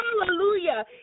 hallelujah